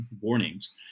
warnings